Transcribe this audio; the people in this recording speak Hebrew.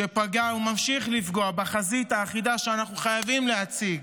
שפגע וממשיך לפגוע בחזית האחידה שאנחנו חייבים להציג.